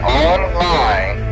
online